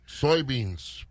soybeans